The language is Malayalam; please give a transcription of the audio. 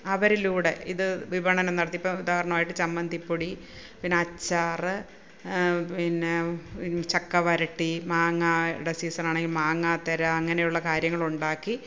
അവരിലൂടെ ഇത് വിപണനം നടത്തി ഇപ്പോൾ ഉദാഹരണമായിട്ട് ചമ്മന്തിപ്പൊടി പിന്നെ അച്ചാറ് പിന്നെ ചക്കവരട്ടി മാങ്ങയുടെ സീസൺ ആണെങ്കിൽ മാങ്ങാത്തെര അങ്ങനെയുള്ള കാര്യങ്ങള് ഉണ്ടാക്കി